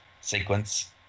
sequence